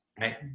Right